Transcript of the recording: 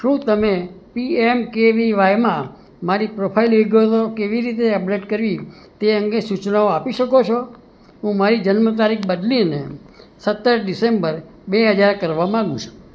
શું તમે પીએમકેવીવાયમાં મારી પ્રોફાઇલ વિગતો કેવી રીતે અપડેટ કરવી તે અંગે સૂચનાઓ આપી શકો છો હું મારી જન્મ તારીખ બદલીને સત્તર ડિસેમ્બર બે હજાર કરવા માગું છું